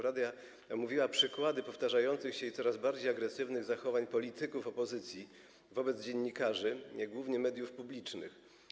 Rada omówiła przykłady powtarzających się i coraz bardziej agresywnych zachowań polityków opozycji wobec dziennikarzy głównie mediów publicznych.